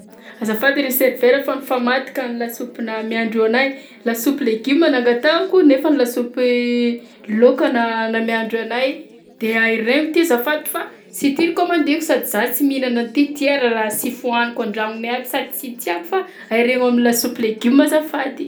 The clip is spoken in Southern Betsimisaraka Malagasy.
Azafady ry serveur fa nifamadika ny lasopy namiandrio anahy. Lasopy legioma nangatahako nefany lasopy laoka na- namiandrio anay de ahiregno ty azafady fa sy ty nikaomandiako, sady za sy mihinana an'ty! Ty ara raha sy fohaniko an-dragnonay aby sady tsy tiako fa ahiregno am'lasopy legioma azafady.